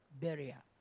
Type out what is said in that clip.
barrier